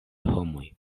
homoj